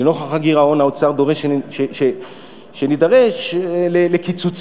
לנוכח הגירעון האוצר דורש שנידרש לקיצוצים,